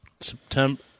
September